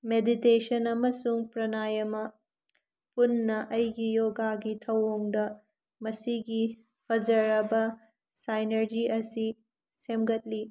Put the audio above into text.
meditation ꯑꯃꯁꯨꯡ ꯄꯔꯅꯥꯏꯌꯥꯃꯥ ꯄꯨꯟꯅ ꯑꯩꯒꯤ ꯌꯣꯒꯥꯒꯤ ꯊꯑꯣꯡꯗ ꯃꯁꯤꯒꯤ ꯐꯖꯔꯕ ꯁꯥꯏꯅꯔꯖꯤ ꯑꯁꯤ ꯁꯦꯝꯒꯠꯂꯤ